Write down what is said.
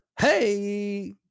Hey